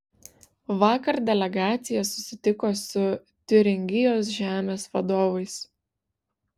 vakar delegacija susitiko su tiuringijos žemės vadovais